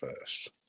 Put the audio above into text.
first